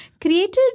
created